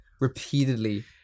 repeatedly